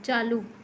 चालू